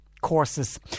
courses